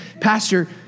pastor